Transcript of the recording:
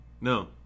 No